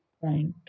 point